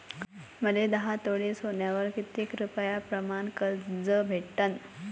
मले दहा तोळे सोन्यावर कितीक रुपया प्रमाण कर्ज भेटन?